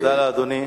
תודה לאדוני.